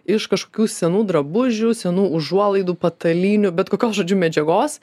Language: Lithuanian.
iš kažkokių senų drabužių senų užuolaidų patalynių bet kokios žodžiu medžiagos